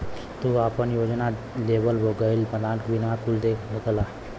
तू आपन योजना, लेवल गयल प्लान बीमा कुल देख सकला